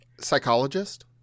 Psychologist